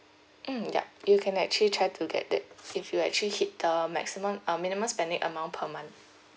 mm yup you can actually try to get it if you actually hit the maximum uh minimum spending amount per month